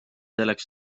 selleks